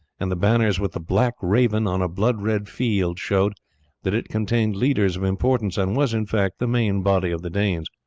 and the banners with the black raven on a blood-red field showed that it contained leaders of importance, and was, in fact, the main body of the danes.